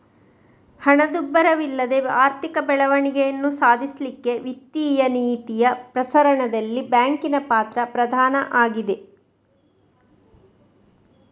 ಹಣದುಬ್ಬರವಿಲ್ಲದೆ ಆರ್ಥಿಕ ಬೆಳವಣಿಗೆಯನ್ನ ಸಾಧಿಸ್ಲಿಕ್ಕೆ ವಿತ್ತೀಯ ನೀತಿಯ ಪ್ರಸರಣದಲ್ಲಿ ಬ್ಯಾಂಕಿನ ಪಾತ್ರ ಪ್ರಧಾನ ಆಗಿದೆ